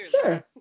Sure